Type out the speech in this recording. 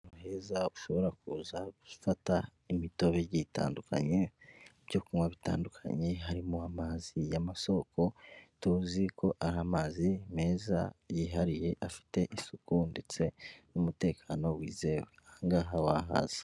Ahantu heza ushobora kuza gufata imitobe igiye itandukanye, ibyo kunywa bitandukanye harimo amazi y'amasoko tuziko ari amazi meza yihariye afite isuku ndetse n'umutekano wizewe aha ngaha wahaza.